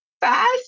fast